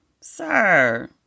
sir